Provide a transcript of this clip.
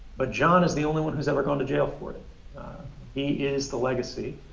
but john is the only one who's ever gone to jail for it. he is the legacy